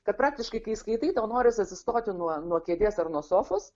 kad praktiškai kai skaitai tau norisi atsistoti nuo nuo kėdės ar nuo sofos